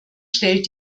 stellt